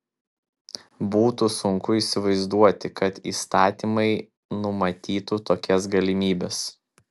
būtų sunku įsivaizduoti kad įstatymai numatytų tokias galimybes